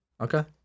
Okay